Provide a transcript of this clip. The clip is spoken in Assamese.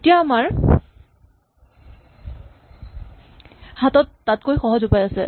এতিয়া আমাৰ হাতত তাতকৈ সহজ উপায় আছে